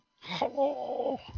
Hello